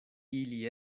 ili